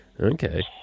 Okay